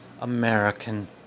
American